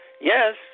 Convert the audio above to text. Yes